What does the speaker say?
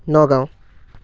Nagaon